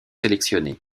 sélectionnées